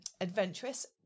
adventurous